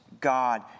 God